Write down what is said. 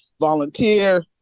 volunteer